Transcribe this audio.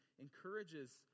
encourages